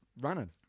running